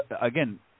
again